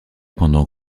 pendant